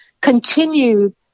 continued